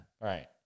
right